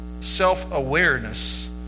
self-awareness